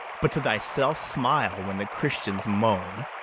but to thyself smile when the christians moan.